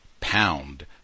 pound